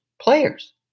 players